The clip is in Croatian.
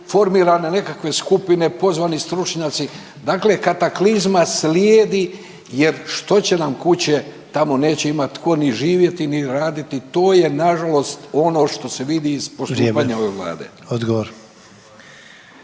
formirane nekakve skupine, pozvani stručnjaci. Dakle, kataklizma slijedi jer što će nam kuće, tamo neće imati tko niti živjeti, ni raditi to je na žalost ono što se vidi iz postupanja ove Vlade.